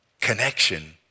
connection